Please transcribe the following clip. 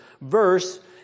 verse